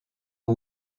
aux